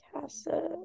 Casa